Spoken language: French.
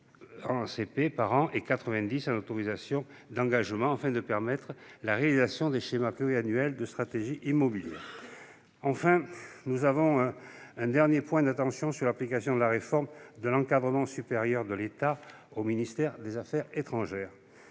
millions d'euros en autorisations d'engagement, afin de permettre la réalisation des schémas pluriannuels de stratégie immobilière. Enfin, nous avons un dernier point d'attention, qui concerne l'application de la réforme de l'encadrement supérieur de l'État au ministère des affaires étrangères.